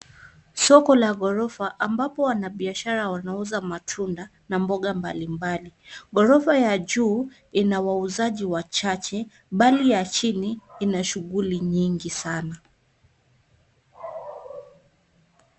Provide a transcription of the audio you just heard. Soko la ghorofa ambapo wanabiashara wanauza matunda na mboga mbalimbali. Ghorofa ya juu ina wauzaji wachache bali ya chini inashughuli nyingi sana.